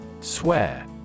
Swear